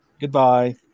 Goodbye